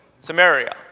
Samaria